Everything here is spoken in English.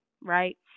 right